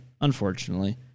unfortunately